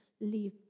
leave